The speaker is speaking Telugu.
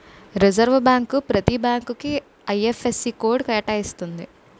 రిజర్వ్ బ్యాంక్ ప్రతి బ్యాంకుకు ఐ.ఎఫ్.ఎస్.సి కోడ్ కేటాయిస్తుంది